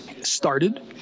started